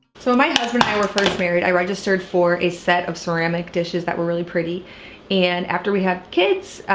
so when my husband and i were first married i registered for a set of ceramic dishes that were really pretty and after we had kids